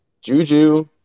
Juju